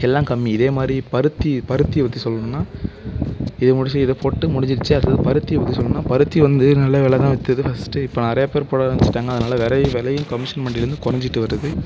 எல்லாம் கம்மி இதேமாதிரி பருத்தி பருத்தியை பற்றி சொல்லணுன்னால் இதை முடித்து இதைப்போட்டு முடிஞ்சிடுத்து அடுத்தது பருத்தியைப் பற்றி சொல்லணுன்னால் பருத்தி வந்து நல்ல வெலை தான் விற்றது ஃபஸ்ட்டு இப்போ நிறையா பேர் போட ஆரம்மிச்சிட்டாங்க அதனால் வெலை வெலையும் கமிஷன் மண்டியிலேருந்து குறஞ்சிட்டு வருது